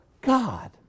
God